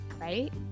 right